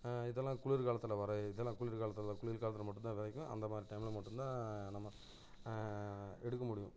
இதெல்லாம் குளிர் காலத்தில் வர இதெல்லாம் குளிர் காலத்தில் குளிர் காலத்தில் மட்டும்தான் விதைக்கும் அந்த மாதிரி டைமில் மட்டும்தான் நம்ம எடுக்க முடியும்